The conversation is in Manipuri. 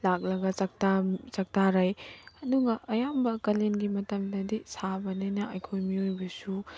ꯂꯥꯛꯂꯒ ꯆꯥꯛꯇꯥꯔꯩ ꯑꯗꯨꯒ ꯑꯌꯥꯝꯕ ꯀꯥꯂꯦꯟꯒꯤ ꯃꯇꯝꯗꯗꯤ ꯁꯥꯕꯅꯤꯅ ꯑꯩꯈꯣꯏ ꯃꯤꯑꯣꯏꯕꯁꯨ